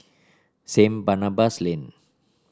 Saint Barnabas Lane